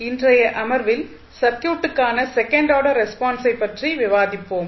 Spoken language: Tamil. இன்றைய அமர்வில் சர்க்யூட்டுக்கான செகண்ட் ஆர்டர் ரெஸ்பான்ஸை பற்றி விவாதிப்போம்